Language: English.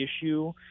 issue